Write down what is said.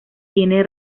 tiene